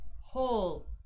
whole